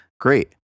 great